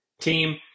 team